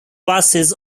passes